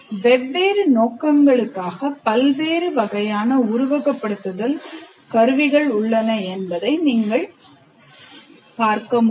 வெவ்வேறு நோக்கங்களுக்காக பல்வேறு வகையான உருவகப்படுத்துதல் கருவிகள் உள்ளன என்பதை நீங்கள் பார்க்க முடியும்